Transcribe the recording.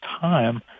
time